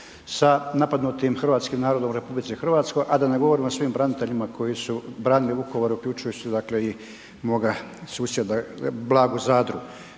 sa napadnutim hrvatskim narodom u RH, a da ne govorim o svim braniteljima koji su branili Vukovar uključujući dakle i moga susjeda Blagu Zadru.